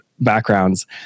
backgrounds